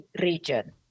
region